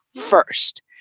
first